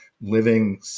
living